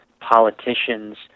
politicians